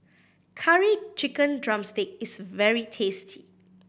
Curry Chicken drumstick is very tasty